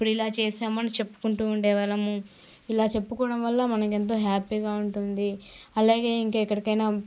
ఇప్పుడు ఇలా చేసాము అని చెప్పుకుంటూ ఉండేవాళ్ళము ఇలా చెప్పుకోవడం వల్ల మనకు ఎంతో హ్యాపీగా ఉంటుంది అలాగే ఇంకెక్కడికైనా